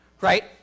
right